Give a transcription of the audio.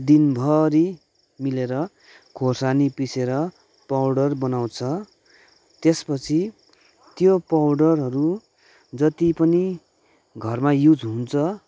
दिनभरि मिलेर खोर्सानी पिसेर पाउडर बनाउँछ त्यसपछि त्यो पाउडरहरू जति पनि घरमा युज हुन्छ